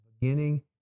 beginning